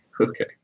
okay